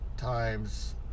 times